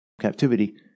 captivity